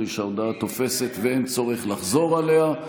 הרי שההודעה תופסת ואין צורך לחזור עליה.